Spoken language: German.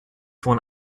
von